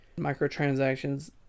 Microtransactions